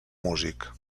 músic